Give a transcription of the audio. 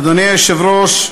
אדוני היושב-ראש,